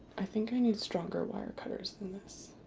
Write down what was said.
i think i need stronger wire cutters than this.